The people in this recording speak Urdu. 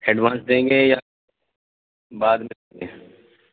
ایڈوانس دیں گے یا بعد میں دیں گے